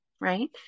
right